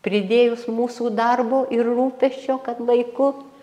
pridėjus mūsų darbo ir rūpesčio kad laiku